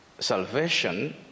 Salvation